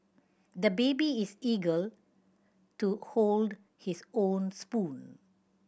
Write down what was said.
the baby is eager to hold his own spoon